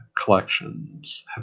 collections